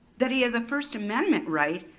that he has a first amendment right,